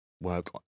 work